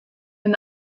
and